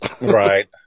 right